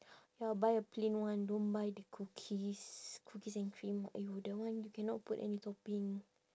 ya buy a plain one don't buy the cookies cookies and cream !aiyo! that one you cannot put any topping